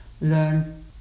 learn